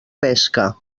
pesca